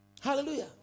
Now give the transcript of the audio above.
Hallelujah